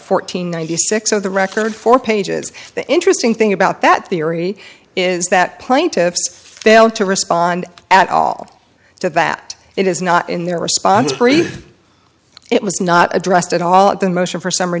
fourteen ninety six on the record four pages the interesting thing about that theory is that plaintiffs failed to respond at all to that it is not in their response three it was not addressed at all at the motion for summ